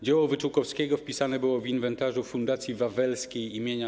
Dzieło Wyczółkowskiego wpisane było w inwentarzu Fundacji Wawelskiej im.